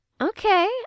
Okay